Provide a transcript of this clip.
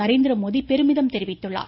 நரேந்திரமோதி பெருமிதம் தெரிவித்துள்ளார்